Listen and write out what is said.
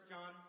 John